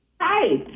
Hi